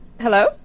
hello